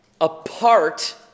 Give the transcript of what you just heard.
apart